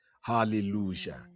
Hallelujah